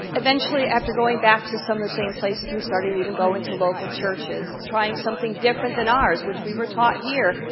eventually after going back to some of the same places, we started even going to local churches, trying something different than ours, which we were taught here.